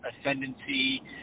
ascendancy